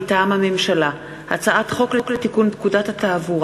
מטעם הממשלה: הצעת חוק לתיקון פקודת התעבורה